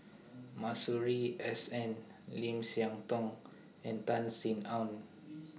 Masuri S N Lim Siah Tong and Tan Sin Aun